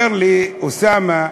אומר לי אוסאמה: